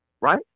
right